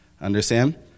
Understand